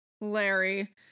Larry